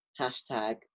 hashtag